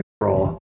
control